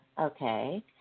Okay